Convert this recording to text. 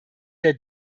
der